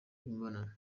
bw’imibonano